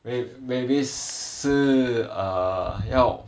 with mavis 是 err 要